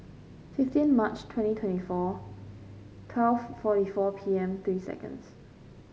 fifteen March twenty twenty four twelve forty four P M three seconds